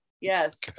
yes